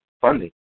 funding